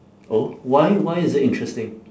oh why why is it interesting